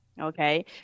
okay